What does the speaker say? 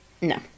No